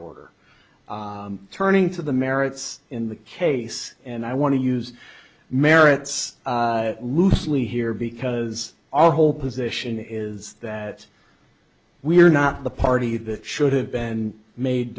order turning to the merits in the case and i want to use merits loosely here because our whole position is that we are not the party that should have been made